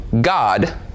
God